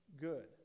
good